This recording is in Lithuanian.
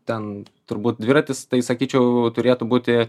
ten turbūt dviratis tai sakyčiau turėtų būti